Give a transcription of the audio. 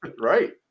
Right